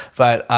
but, ah,